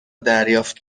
دریافت